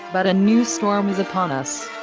but a new storm is upon us.